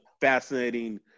fascinating